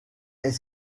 est